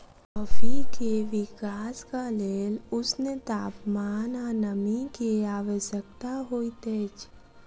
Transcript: coffee के विकासक लेल ऊष्ण तापमान आ नमी के आवश्यकता होइत अछि